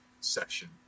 session